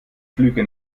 flüge